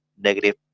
negative